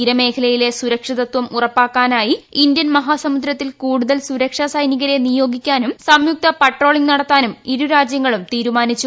തീരമേഖലയിലെ സുരക്ഷിതത്വം ഉറപ്പാക്കാനായി ഇന്ത്യൻ മഹാസമുദ്രത്തിൽ കൂടുതൽ സുരക്ഷാ സൈനികരെ നിയോഗിക്കാനും സംയുക്ത പട്രോളിംഗ് നടത്താനും ഇരുരാജ്യങ്ങളും തീരുമാനിച്ചു